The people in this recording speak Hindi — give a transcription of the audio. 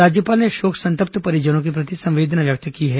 राज्यपाल ने शोक संतप्त परिजनों के प्रति संवेदना व्यक्त की है